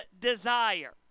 desire